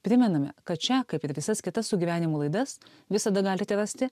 primename kad šią kaip ir visas kitas su gyvenimu laidas visada galite rasti